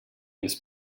this